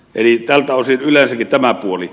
eli tältä osin yleensäkin tämä puoli